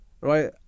Right